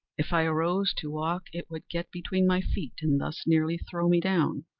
if i arose to walk it would get between my feet and thus nearly throw me down,